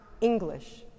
English